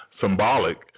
symbolic